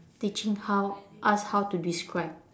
teaching how ask how to describe